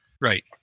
right